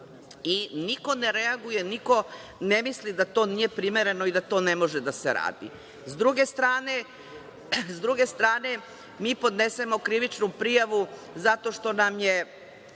I niko ne reaguje, niko ne misli da to nije primereno i da to ne može da se radi.S druge strane, mi podnesemo krivičnu prijavu zato što nam je